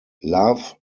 love